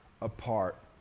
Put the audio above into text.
apart